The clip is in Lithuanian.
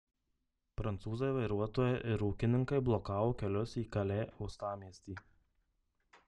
prancūzai vairuotojai ir ūkininkai blokavo kelius į kalė uostamiestį